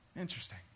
interesting